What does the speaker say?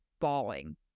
bawling